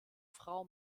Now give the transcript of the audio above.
frau